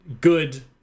good